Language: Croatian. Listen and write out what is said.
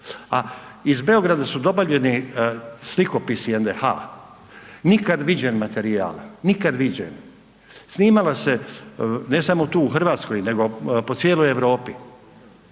a iz Beograda su dobavljeni slikopisi HND, nikad viđen materijal, nikad viđen. Snimalo se ne samo tu u Hrvatskoj nego po cijeloj Europi.